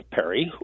Perry